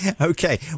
okay